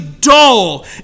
dull